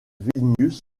vilnius